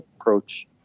approach